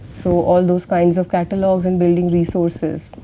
so all those kinds of catalogues and building resources.